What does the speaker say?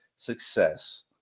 success